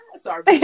Sorry